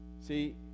See